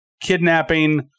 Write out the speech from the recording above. kidnapping